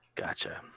Gotcha